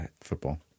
football